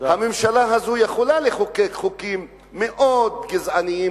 הממשלה הזאת יכולה לחוקק חוקים מאוד גזעניים